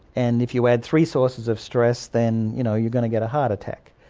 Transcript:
and if you add three sources of stress then you know you're going to get a heart attack.